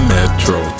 Metro